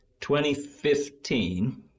2015